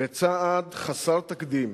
בצעד חסר תקדים